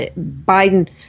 Biden